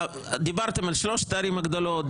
דיברתם על שלוש הערים הגדולות,